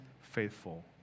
faithful